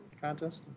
contest